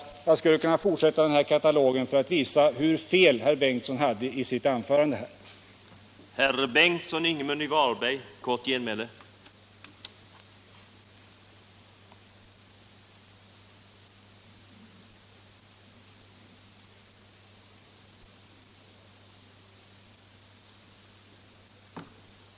— Om tiden medgav det skulle jag kunna fortsätta den här katalogen för att visa hur fel herr Bengtsson hade i sitt anförande på den här punkten.